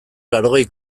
laurogei